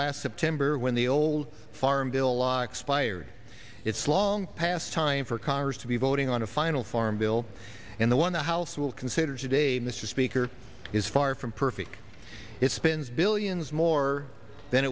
last september when the old farm bill locks fired it's long past time for congress to be voting on a final farm bill and the one the house will consider today mr speaker is far from perfect it spends billions more than